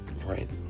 Right